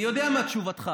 אני יודע מה תשובתך,